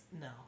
No